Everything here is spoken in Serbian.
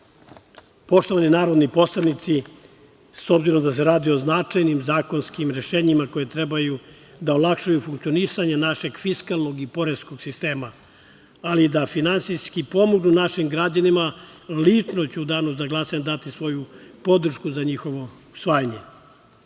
grada. Poštovani narodni poslanici, s obzirom da se radi o značajnim zakonskim rešenjima, koji treba da olakšaju funkcionisanje našeg fiskalnog i poreskog sistema, ali i da finansijski pomognu našim građanima, lično ću u danu za glasanje dati svoju podršku za njihovo usvajanje. Mi